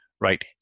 right